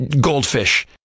goldfish